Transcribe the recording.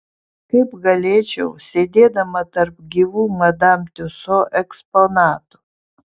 kaip galėčiau sėdėdama tarp gyvų madam tiuso eksponatų